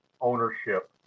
ownership